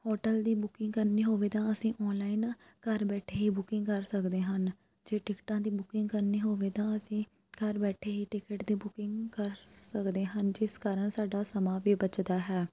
hotel ਦੀ booking ਕਰਨੀ ਹੋਵੇ ਤਾਂ ਅਸੀਂ ਔਨਲਾਈਨ ਘਰ ਬੈਠੇ ਹੀ ਬੁਕਿੰਗ ਕਰ ਸਕਦੇ ਹਨ ਜੇ ਟਿਕਟਾਂ ਦੀ ਬੁਕਿੰਗ ਕਰਨੀ ਹੋਵੇ ਤਾਂ ਅਸੀਂ ਘਰ ਬੈਠੇ ਹੀ ਟਿਕਟ ਦੀ ਬੁਕਿੰਗ ਕਰ ਸਕਦੇ ਹਨ ਜਿਸ ਕਾਰਨ ਸਾਡਾ ਸਮਾਂ ਵੀ ਬੱਚਦਾ ਹੈ